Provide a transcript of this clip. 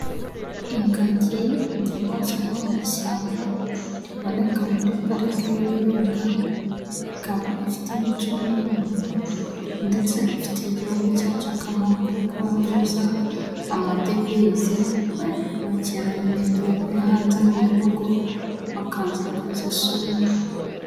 Ingagi inyamaswa mu ishyamba, iboneka muri pariki y'ibirunga, ikaba ifite imico nk'iy'umuntu ndetse ifitiye igihugu cyacu akamaro, kuko yinjiza amadovize abakerarugendo bavuye hanze mu bihugu baza kuzisura.